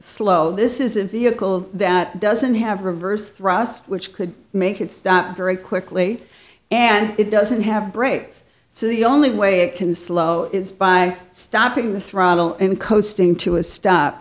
slow this is a vehicle that doesn't have reverse thrust which could make it stop very quickly and it doesn't have brakes so the only way it can slow is by stopping the throttle and coasting to a stop